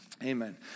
Amen